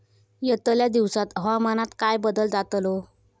यतल्या दिवसात हवामानात काय बदल जातलो?